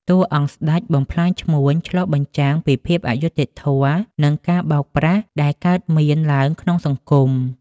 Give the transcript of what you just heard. តួអង្គស្តេច បំផ្លាញឈ្មួញ ឆ្លុះបញ្ចាំងពីភាពអយុត្តិធម៌ និងការបោកប្រាស់ដែលកើតមានឡើងក្នុងសង្គម។